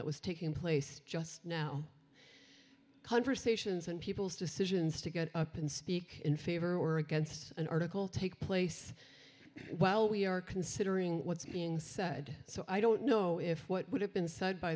that was taking place just now conversations and people's decisions to get up and speak in favor or against an article take place while we are considering what's being said so i don't know if what would have been said by